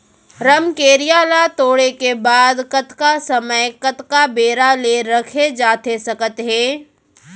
रमकेरिया ला तोड़े के बाद कतका समय कतका बेरा ले रखे जाथे सकत हे?